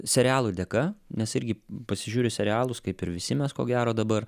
serialų dėka nes irgi pasižiūriu serialus kaip ir visi mes ko gero dabar